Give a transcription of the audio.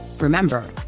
Remember